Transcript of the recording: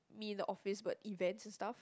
me in the office but events and stuff